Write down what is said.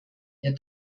der